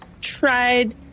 tried